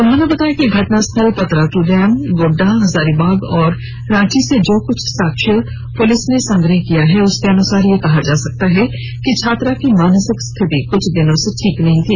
उन्होंने बताया कि घटनास्थल पतरातू डैम गोड्डा हजारीबांग और रांची से जो कुछ साक्ष्य पुलिस ने संग्रह किया है उसके अनुसार यह कहा जा सकता है कि छात्रा की मानसिक स्थिति कुछ दिनों से ठीक नहीं थी